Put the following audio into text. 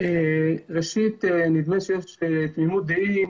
ראשית, נדמה שיש תמימות דעים